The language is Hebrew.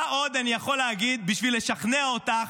מה עוד אני יכול להגיד בשביל לשכנע אותך